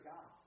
God